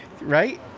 right